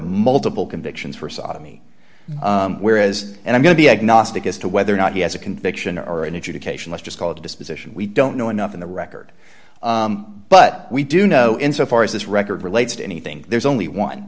multiple convictions for sodomy whereas and i'm going to be agnostic as to whether or not he has a conviction or an education let's just call it a disposition we don't know enough in the record but we do know in so far as this record relates to anything there's only one